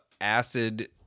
acid